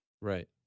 Right